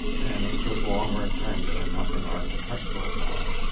and it was just long, rectangular, nothing architectural about it.